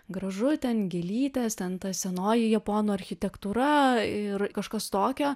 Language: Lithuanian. gražu ten gėlytės ten ta senoji japonų architektūra ir kažkas tokio